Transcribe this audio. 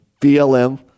BLM